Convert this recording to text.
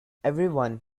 everyone